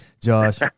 Josh